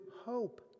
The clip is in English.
hope